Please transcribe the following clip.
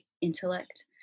intellect